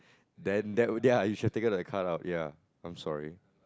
then that would their you should take the cut of ya I'm sorry